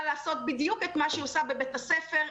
לעשות בדיוק את מה שהיא עושה בבית הספר,